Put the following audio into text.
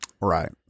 Right